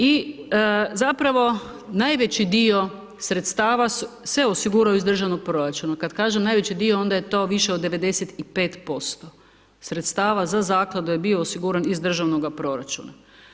I zapravo najveći dio sredstava se osiguraju iz državnog proračuna, kad kažem najveći dio onda je to više od 95% sredstava za zakladu je bio osiguran iz državnoga proračuna.